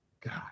God